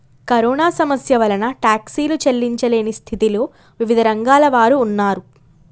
corona సమస్య వలన టాక్సీలు చెల్లించలేని స్థితిలో వివిధ రంగాల వారు ఉన్నారు